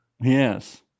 Yes